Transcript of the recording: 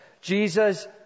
Jesus